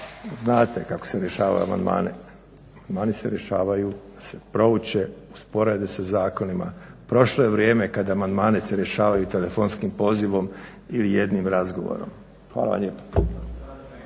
Znate kako se rješavaju amandmani, amandmani se rješavaju da se prouče, usporede sa zakonima, prošlo je vrijeme kad amandmani se rješavaju telefonskim pozivom ili jednim razgovorom. Hvala lijepo.